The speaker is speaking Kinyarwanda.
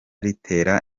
ritera